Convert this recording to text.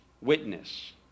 witness